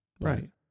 Right